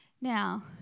Now